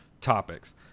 topics